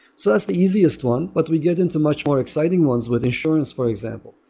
so that's the easiest one. but we get into much more exciting ones with insurance for example.